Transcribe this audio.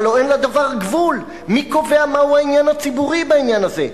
הלוא אין לדבר גבול: מי קובע מהו העניין הציבורי בעניין הזה?